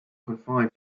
confined